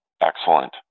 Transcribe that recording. Excellent